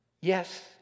yes